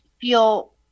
feel